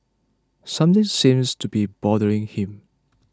something seems to be bothering him